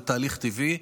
וזה תהליך טבעי,